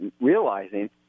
realizing